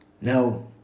Now